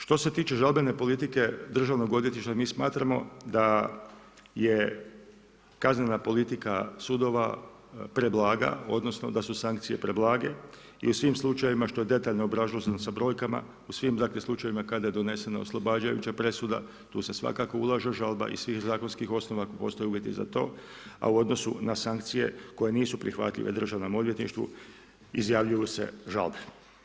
Što se tiče žalbene politike Državnog odvjetništva, mi smatramo da je kaznena politika sudova preblaga, odnosno, da su sankcije preblage i u svim slučajevima, što je detaljno obrazloženo u brojkama u svim, dakle, slučajevima, kada je doneseno oslobađajuća presuda, tu se svakako ulaže žalba iz svih zakonskih osnova u biti za to, a u odnosu na sankcije koje nisu prihvatljive Državnom odvjetništvu, izjavljuju se žalbe.